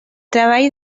treball